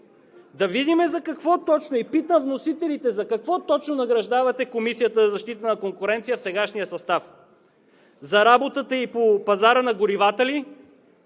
Да видим за какво точно, и питам вносителите, за какво точно награждавате Комисията за защита на конкуренцията в сегашния състав? За работата ѝ по пазара на горивата ли,